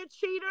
cheater